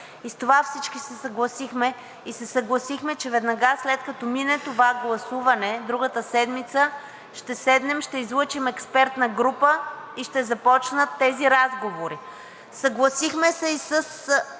се съгласихме и се съгласихме, че веднага след като мине това гласуване, другата седмица ще седнем, ще излъчим експертна група и ще започнат тези разговори. Съгласихме се и с